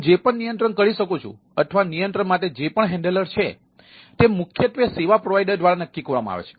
હું જે પણ નિયંત્રિત કરી શકું છું અથવા નિયંત્રણ માટે જે પણ હેન્ડલર છે તે મુખ્યત્વે સેવા પ્રોવાઇડર દ્વારા નક્કી કરવામાં આવે છે